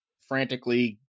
frantically